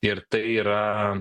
ir tai yra